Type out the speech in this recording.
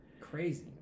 crazy